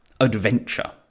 adventure